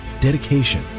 dedication